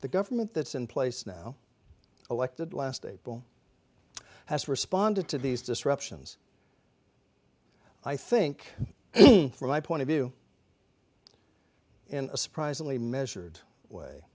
the government that's in place now elected last april has responded to these disruptions i think from my point of view in a surprisingly measured way